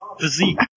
physique